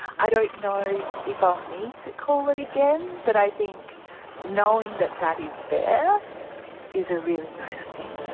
i don't know if i'll need to call it again but i think knowing that that is there is a really nice thing.